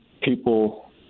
people